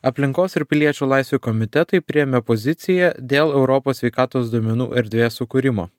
aplinkos ir piliečių laisvių komitetai priėmė poziciją dėl europos sveikatos duomenų erdvės sukūrimo